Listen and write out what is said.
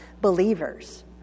believers